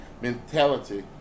mentality